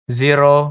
zero